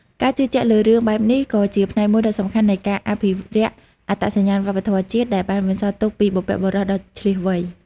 ការជឿជាក់លើរឿងបែបនេះក៏ជាផ្នែកមួយដ៏សំខាន់នៃការអភិរក្សអត្តសញ្ញាណវប្បធម៌ជាតិ ដែលបានបន្សល់ទុកពីបុព្វបុរសដ៏ឈ្លាសវៃ។